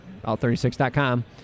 all36.com